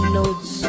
notes